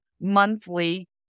monthly